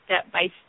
step-by-step